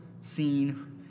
scene